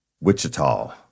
Wichita